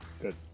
Good